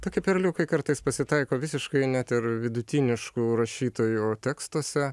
tokie perliukai kartais pasitaiko visiškai net ir vidutiniškų rašytojų tekstuose